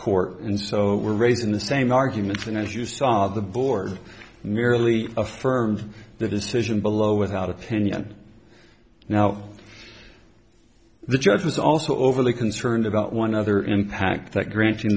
court and so were raised in the same arguments and as you saw the board merely affirmed the decision below without opinion now the judge was also overly concerned about one other impact that grant